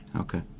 Okay